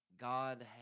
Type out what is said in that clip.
God